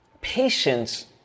Patience